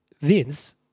Vince